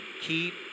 Keep